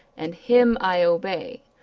and him i obey,